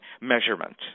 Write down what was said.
measurement